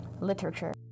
literature